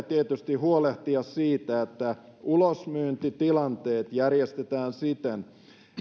tietysti huolehtia siitä että ulosmyyntitilanteet järjestetään siten